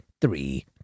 three